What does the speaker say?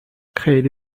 خیلی